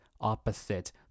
opposite